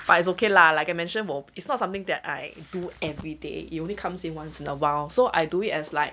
but it's okay lah like I mentioned 我 it's not something that I do everyday you only comes in once in a while so I do it as like